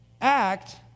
act